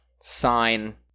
sign